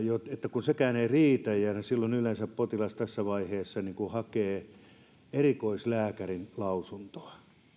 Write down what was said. riitä ja silloin yleensä potilas tässä vaiheessa hakee erikoislääkärin lausuntoa